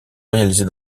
réalisés